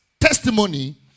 testimony